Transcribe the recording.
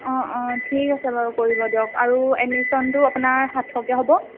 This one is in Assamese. অঁ অঁ ঠিক আছে বাৰু কৰিব দিয়ক আৰু এডমিশ্যনটো আপোনাৰ সাতশকৈ হ'ব